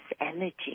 energy